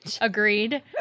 Agreed